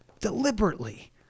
Deliberately